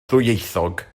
ddwyieithog